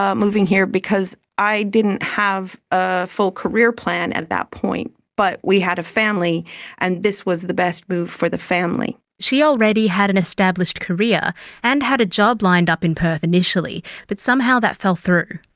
moving here, because i didn't have a full career plan at that point, but we had a family and this was the best move for the family. she already had an established career and had a job lined up in perth initially, but somehow that fell through.